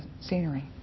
scenery